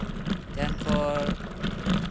ᱫᱷᱮᱭᱟᱱ ᱯᱚᱨ